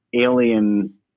alien